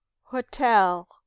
hotel